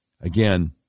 Again